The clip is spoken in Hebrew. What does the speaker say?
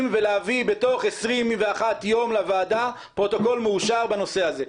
ולהביא בתוך 21 יום לוועדה פרוטוקול מאושר בנושא הזה.